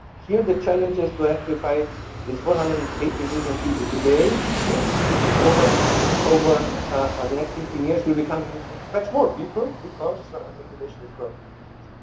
here the challenge is to electrify these four hundred and eighty million people today which over over the next fifteen years will become much more people, because the population is growing very fast.